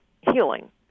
healing